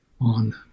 on